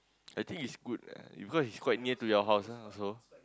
I think is good because it's quite near your house also